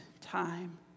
time